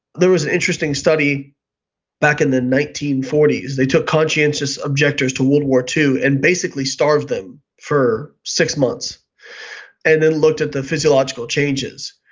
there was an interesting study back in the nineteen forty s, they took conscientious objectors to world war ii and basically starved them for six months and then looked at the physiological changes.